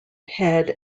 head